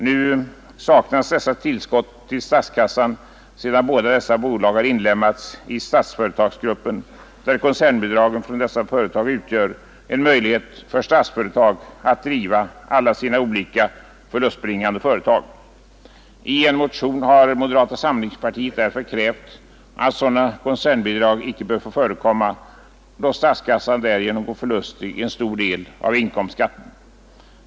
Nu saknas dessa tillskott till statskassan sedan båda bolagen har inlemmats i Statsföretagsgruppen, där koncernbidragen från dessa företag ger en möjlighet för Statsföretag att driva alla sina olika förlustbringande företag. I en motion har moderata samlingspartiet därför krävt att sådana koncernbidrag icke skall få förekomma, då statskassan därigenom går förlustig en stor del av inkomstskatten.